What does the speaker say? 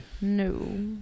No